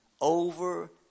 over